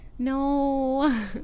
No